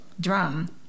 drum